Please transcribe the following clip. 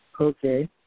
Okay